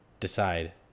Decide